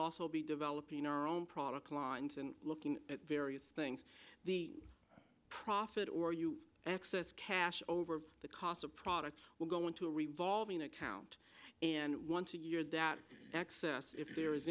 also be developing our own product lines and looking at various things the profit or you access cash over the cost of products will go into a revolving account and once a year that access if there